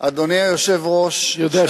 אדוני היושב-ראש יודע,